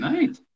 Nice